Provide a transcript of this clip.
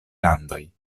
landoj